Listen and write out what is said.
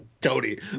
Tony